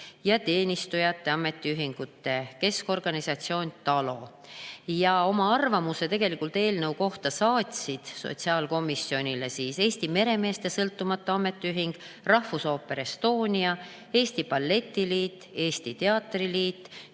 ja Teenistujate Ametiühingute Keskorganisatsioon TALO. Oma arvamuse eelnõu kohta saatsid sotsiaalkomisjonile Eesti Meremeeste Sõltumatu Ametiühing, Rahvusooper Estonia, Eesti Balletiliit, Eesti Teatriliit